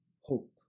hope